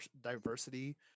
diversity